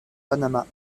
panama